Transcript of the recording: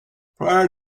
prior